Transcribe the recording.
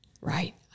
Right